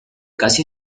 casi